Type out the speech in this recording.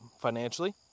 Financially